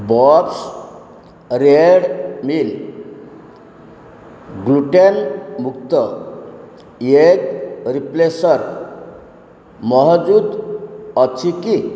box Red Mill gluten ମୁକ୍ତ egg replacer ମହଜୁଦ ଅଛି କି